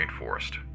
rainforest